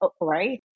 right